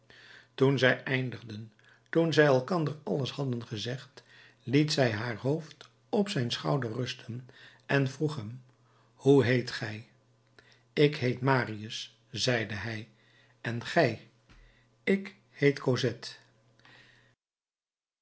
toen zij eindigden toen zij elkander alles hadden gezegd liet zij haar hoofd op zijn schouder rusten en vroeg hem hoe heet gij ik heet marius zeide hij en gij ik heet